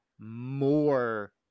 more